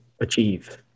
achieve